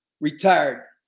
retired